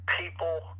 people